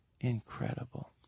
incredible